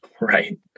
Right